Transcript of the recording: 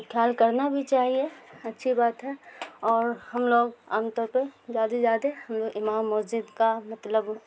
خیال کرنا بھی چاہیے اچھی بات ہے اور ہم لوگ عام طور پہ زیادہ سے زیادے ہم لوگ امام مؤذن کا مطلب